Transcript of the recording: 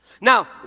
Now